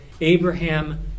Abraham